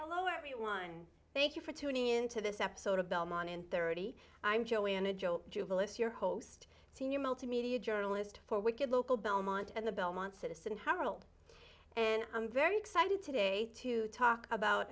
hello everyone and thank you for tuning into this episode of belmont and thirty i'm joanna jo jubilance your host senior multimedia journalist for wicked local belmont and the belmont citizen harald and i'm very excited today to talk about